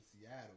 Seattle